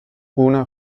una